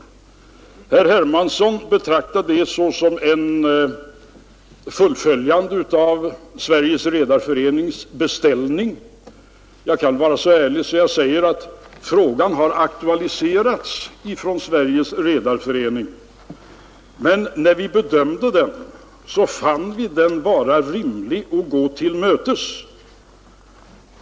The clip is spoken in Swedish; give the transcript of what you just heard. Herr Hermansson betraktar detta som ett fullföljande av Sveriges redareförenings beställning. Jag kan vara så ärlig att jag säger att frågan har aktualiserats av Sveriges redareförening, men när vi bedömde saken, fann vi det vara rimligt att gå till mötes.